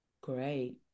Great